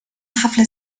حفل